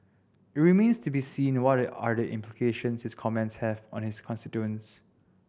it remains to be seen what are the implications his comments have on his constituents